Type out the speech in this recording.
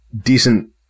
decent